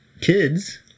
kids